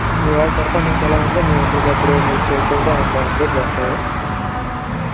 మీ వాడి పెర్ఫార్మన్స్ ఎలా ఉందో మేము ఎప్పటికప్పుడు మీకు చెప్తూ ఉంటాము అప్డేట్ చేస్తాము